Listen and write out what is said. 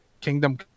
Kingdom